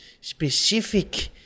specific